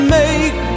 make